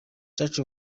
church